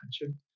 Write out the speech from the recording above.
attention